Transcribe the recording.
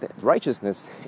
righteousness